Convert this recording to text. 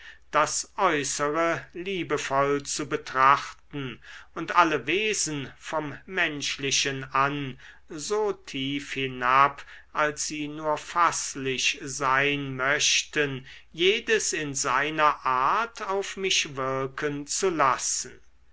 das äußere liebevoll zu betrachten und alle wesen vom menschlichen an so tief hinab als sie nur faßlich sein möchten jedes in seiner art auf mich wirken zu lassen